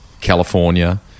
California